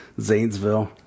Zanesville